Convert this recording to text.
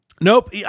Nope